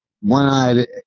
One-eyed